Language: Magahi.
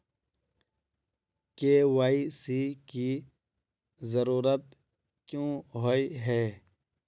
के.वाई.सी की जरूरत क्याँ होय है?